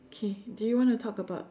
K do you want to talk about